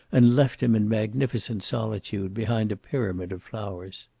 and left him in magnificent solitude behind a pyramid of flowers.